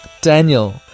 Daniel